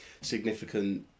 significant